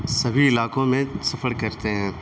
سبھی علاقوں میں سفر کرتے ہیں